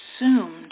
assumed